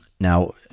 now